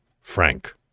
Frank